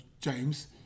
James